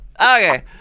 Okay